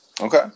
Okay